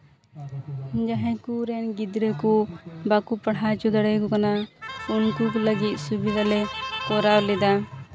ᱡᱟᱦᱟᱸᱭ ᱠᱚᱨᱮᱱ ᱜᱤᱫᱽᱨᱟᱹ ᱠᱚ ᱵᱟᱠᱚ ᱯᱟᱲᱦᱟᱣ ᱦᱚᱪᱚ ᱫᱟᱲᱮᱭᱟᱠᱚ ᱠᱟᱱᱟ ᱩᱱᱠᱩ ᱠᱚ ᱞᱟᱹᱜᱤᱫ ᱥᱩᱵᱤᱫᱷᱟᱞᱮ ᱠᱚᱨᱟᱣ ᱞᱮᱫᱟ